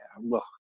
look